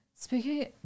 Speaking